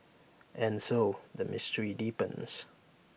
and so the mystery deepens